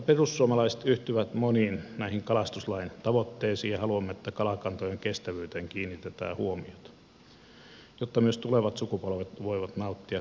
perussuomalaiset yhtyvät moniin näihin kalastuslain tavoitteisiin ja haluamme että kalakantojen kestävyyteen kiinnitetään huomiota jotta myös tulevat sukupolvet voivat nauttia kalastamisesta